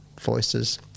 voices